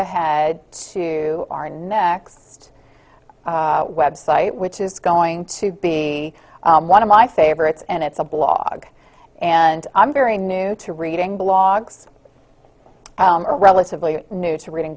ahead to our next website which is going to be one of my favorites and it's a blog and i'm very new to reading blogs relatively new to reading